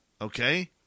Okay